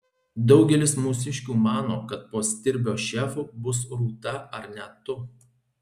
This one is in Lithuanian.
daugelis mūsiškių mano kad po stirbio šefu bus rūta arba net tu